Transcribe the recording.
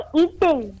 eating